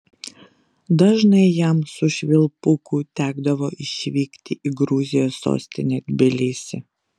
dažnai jam su švilpuku tekdavo išvykti į gruzijos sostinę tbilisį